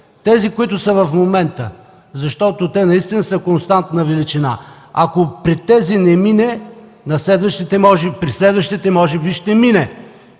които са в момента, защото те наистина са константна величина. Ако при тези не мине, на следващите може би ще мине